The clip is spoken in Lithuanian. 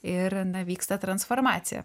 ir na vyksta transformacija